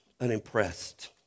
unimpressed